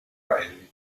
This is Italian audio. rally